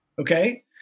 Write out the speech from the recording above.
Okay